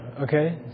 okay